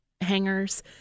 hangers